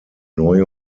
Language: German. neue